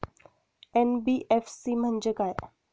NBFC म्हणजे काय?